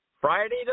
Friday